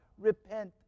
Repent